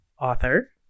author